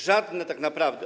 Żadne tak naprawdę.